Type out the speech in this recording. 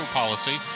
policy